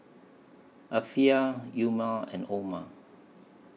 Afiqah Umar and Omar